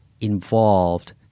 involved